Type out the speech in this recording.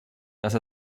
dass